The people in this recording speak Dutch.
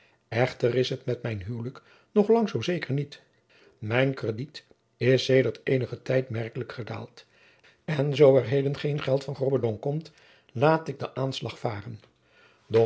echter is het met mijn huwelijk nog lang zoo zeker niet mijn crediet is sedert eenigen tijd jacob van lennep de pleegzoon merkelijk gedaald en zoo er heden geen geld van grobbendonck komt laat ik den aanslag varen